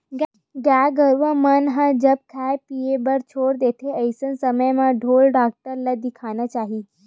गाय गरुवा मन ह जब खाय पीए बर छोड़ देथे अइसन समे म तुरते ढ़ोर डॉक्टर ल देखाना चाही